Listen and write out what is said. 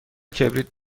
کبریت